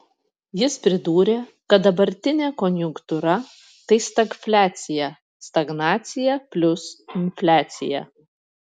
jis pridūrė kad dabartinė konjunktūra tai stagfliacija stagnacija plius infliacija